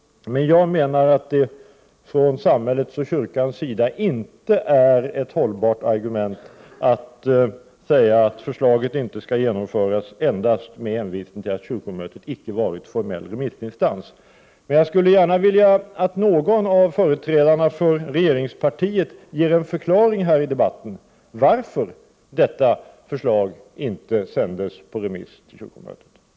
Att förslaget inte skall genomföras endast med hänvisning till att kyrkomötet icke varit formell remissinstans är, från samhällets och kyrkans sida sett, inte något hållbart argument. Jag skulle gärna vilja att någon av företrädarna för regeringspartiet här i debatten förklarar varför detta förslag inte sändes på remiss till kyrkomötet.